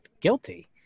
guilty